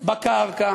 בקרקע,